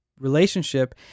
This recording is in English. relationship